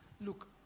look